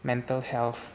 mental health